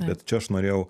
bet čia aš norėjau